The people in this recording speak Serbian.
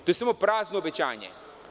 To je samo prazno obećanje.